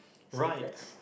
right